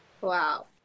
wow